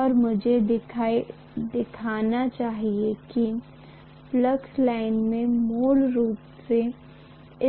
और मुझे दिखाना चाहिए कि फ्लक्स लाइनें मूल रूप से